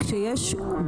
אתה רואה?